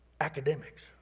academics